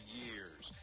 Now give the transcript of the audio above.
years